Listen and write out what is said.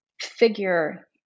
figure